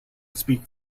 speak